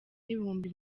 n’ibihumbi